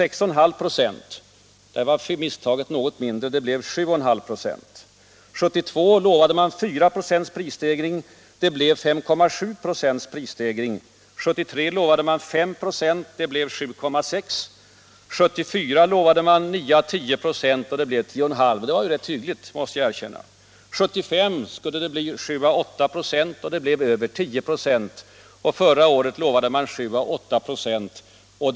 1971 lovade man 6,5 96 prisstegring. Då var misstaget något mindre - det blev 7,5 96. 1974 lovade man 9 å 10 946 prisstegring. Det blev 10,5 96. Det var ju rätt hyggligt — det måste jag erkänna. 1975 lovade man 7 å 8 946 prisstegring. Det blev över 10 96. Förra året lovade man 7 å 8 96 prisstegring.